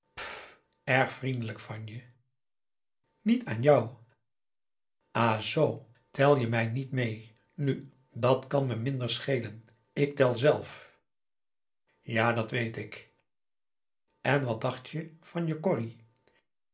erg vriendelijk van je niet aan jou ah zoo tel je mij niet mee nu dat kan me minder schelen ik tel zelf ja dat weet ik en wat dacht je van je corrie